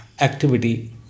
activity